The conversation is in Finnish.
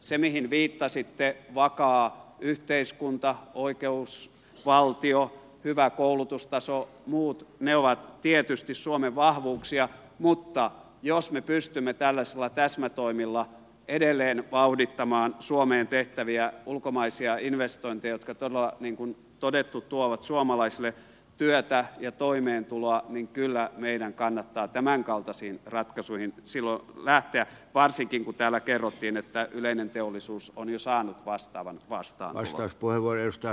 ne mihin viittasitte vakaa yhteiskunta oikeusvaltio hyvä koulutustaso muut ovat tietysti suomen vahvuuksia mutta jos me pystymme tällaisilla täsmätoimilla edelleen vauhdittamaan suomeen tehtäviä ulkomaisia investointeja jotka todella niin kuin todettu tuovat suomalaisille työtä ja toimeentuloa niin kyllä meidän kannattaa tämänkaltaisiin ratkaisuihin silloin lähteä varsinkin kun täällä kerrottiin että yleinen teollisuus on jo saanut vastaavan vastaantulon